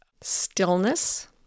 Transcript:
Stillness